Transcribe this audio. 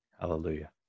hallelujah